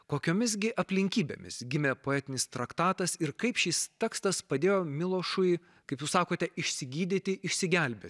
kokiomis gi aplinkybėmis gimė poetinis traktatas ir kaip šis tekstas padėjo milošui kaip jūs sakote išsigydyti išsigelbėti